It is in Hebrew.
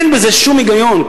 אין בזה שום היגיון,